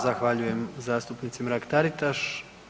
Zahvaljujem zastupnici Mrak-Taritaš.